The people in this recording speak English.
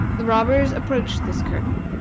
the robbers approached this curtain,